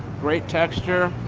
great texture.